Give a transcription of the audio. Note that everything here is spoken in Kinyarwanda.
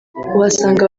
uhasanga